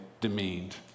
demeaned